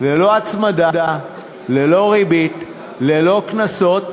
ללא הצמדה, ללא ריבית, ללא קנסות,